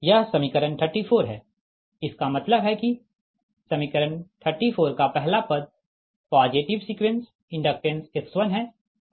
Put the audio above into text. यह समीकरण 34 है इसका मतलब है कि समीकरण 34 का पहला पद पॉजिटिव सीक्वेंस इंडक्टेंस X1 है